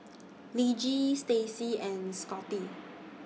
Lige Stacey and Scotty